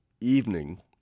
evening